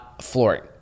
flooring